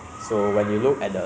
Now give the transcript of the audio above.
being attacks by them lah